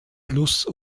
plus